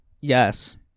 yes